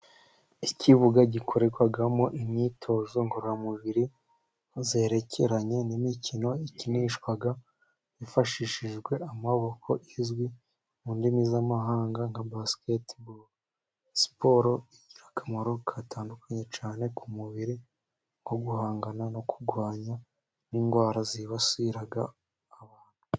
Ikibuga gikorerwamo imyitozo ngororamubiri, zerekeranye n'imikino ikinishwa hifashishijwe amaboko, izwi mu ndimi z'amahanga nka basiketeboro, siporo igira akamaro gatandukanye cyane ku mubiri, nko guhangana no kurwanya indwara zibasirara abantu.